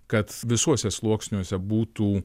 kad visuose sluoksniuose būtų